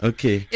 Okay